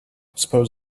suppose